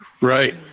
Right